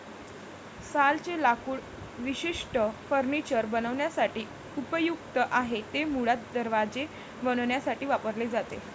सालचे लाकूड विशेषतः फर्निचर बनवण्यासाठी उपयुक्त आहे, ते मुळात दरवाजे बनवण्यासाठी वापरले जाते